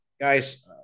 guys